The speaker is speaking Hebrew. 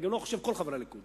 אני גם לא חושב שכל חברי הליכוד,